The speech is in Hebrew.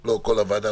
לא כל הוועדה.